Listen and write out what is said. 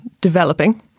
developing